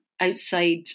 outside